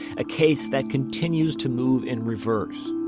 a case that continues to move in reverse,